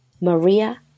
Maria